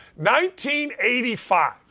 1985